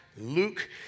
Luke